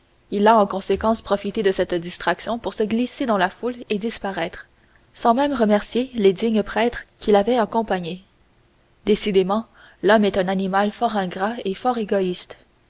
il a en conséquence profité de cette distraction pour se glisser dans la foule et disparaître sans même remercier les dignes prêtres qui l'avaient accompagné décidément l'homme est un animal fort ingrat et fort égoïste